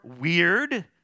weird